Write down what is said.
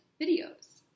videos